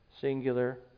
singular